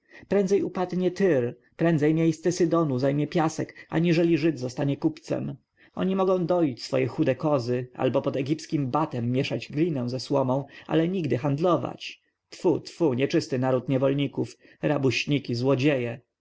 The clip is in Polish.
prędzej upadnie tyr prędzej miejsce sydonu zajmie piasek aniżeli żyd zostanie kupcem oni mogą doić swoje chude kozy albo pod egipskim batem mieszać glinę ze słomą ale nigdy handlować tfu tfu nieczysty naród niewolników rabuśniki złodzieje